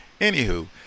Anywho